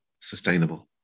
sustainable